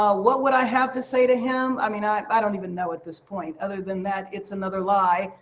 ah what would i have to say to him? i mean, i i don't even know at this point, other than that it's another lie.